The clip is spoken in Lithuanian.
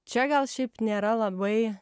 čia gal šiaip nėra labai